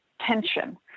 tension